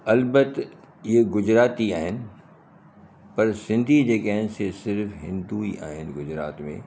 अलबत इहे गुजराती आहिनि पर सिंधी जेके आहिनि सि सिर्फ़ु हिंदू ई आहिनि गुजरात में